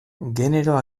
genero